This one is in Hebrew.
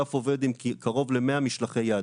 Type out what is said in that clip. האגף עובד עם קרוב ל-100 משלחי יד,